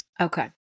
Okay